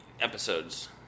Episodes